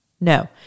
No